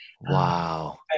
Wow